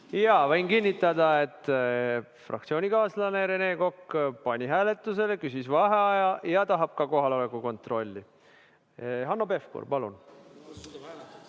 Jaa, võin kinnitada, et fraktsioonikaaslane Rene Kokk pani hääletusele, küsis vaheaega ja tahab ka kohaloleku kontrolli. Hanno Pevkur, palun!